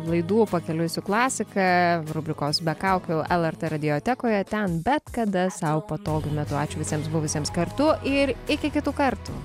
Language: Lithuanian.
laidų pakeliui su klasika rubrikos be kaukių lrt radiotekoje ten bet kada sau patogiu metu ačiū visiems buvusiems kartu ir iki kitų kartų